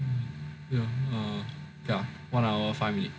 ya uh ya one hour five minutes